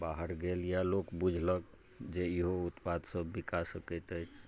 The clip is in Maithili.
बाहर गेल या लोक बुझलक जे ईहो उत्पाद सब बिका सकैत अछि